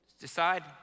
Decide